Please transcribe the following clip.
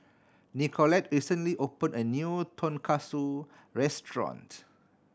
Nicolette recently opened a new Tonkatsu Restaurant